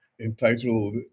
entitled